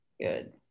Good